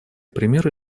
примеры